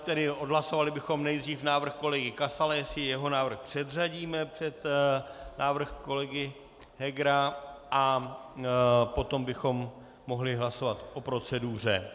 Tedy odhlasovali bychom nejdřív návrh kolegy Kasala, jestli jeho návrh předřadíme před návrh kolegy Hegera, a potom bychom mohli hlasovat o proceduře.